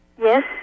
Yes